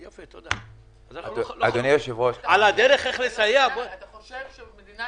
יפה, תודה, אז אנחנו לא חלוקים.